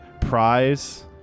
prize